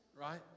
right